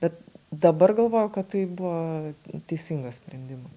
bet dabar galvoju kad tai buvo teisingas sprendimas